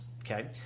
Okay